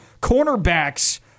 cornerbacks